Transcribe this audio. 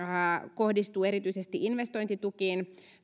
kohdistuu erityisesti investointitukiin